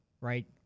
right